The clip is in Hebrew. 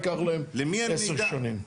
--- ייקח להם 10 שנים.